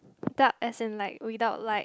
duck as in without like